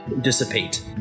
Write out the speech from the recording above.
dissipate